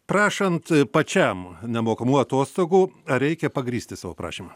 prašant pačiam nemokamų atostogų ar reikia pagrįsti savo prašymą